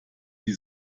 die